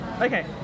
Okay